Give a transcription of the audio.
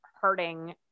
hurting